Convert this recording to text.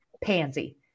pansy